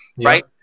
right